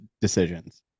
decisions